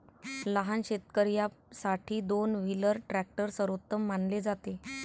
लहान शेतकर्यांसाठी दोन व्हीलर ट्रॅक्टर सर्वोत्तम मानले जाते